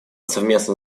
совместно